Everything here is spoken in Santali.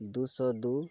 ᱫᱩᱥᱚ ᱫᱩ